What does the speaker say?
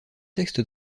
textes